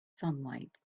sunlight